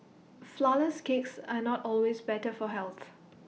Flourless Cakes are not always better for health